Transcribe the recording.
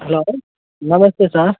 hello నమస్తే sir